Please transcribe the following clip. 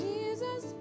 Jesus